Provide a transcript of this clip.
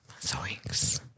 Zoinks